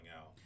Out